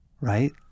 Right